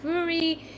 Fury